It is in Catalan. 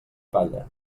palla